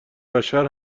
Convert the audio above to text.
بشر